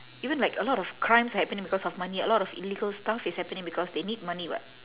even like a lot of crimes are happening because of money a lot of illegal stuff is happening because they need money what